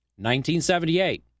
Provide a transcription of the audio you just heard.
1978